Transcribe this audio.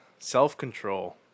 self-control